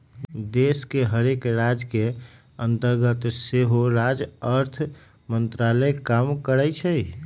देश के हरेक राज के अंतर्गत सेहो राज्य अर्थ मंत्रालय काम करइ छै